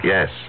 Yes